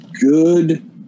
good